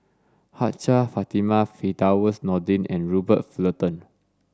Hajjah Fatimah Firdaus Nordin and Robert Fullerton